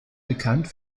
bekannt